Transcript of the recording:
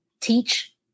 teach